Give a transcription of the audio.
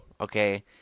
okay